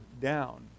down